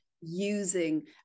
using